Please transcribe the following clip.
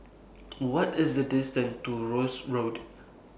What IS The distance to Rosyth Road